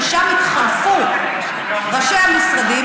ששם התחלפו ראשי המשרדים,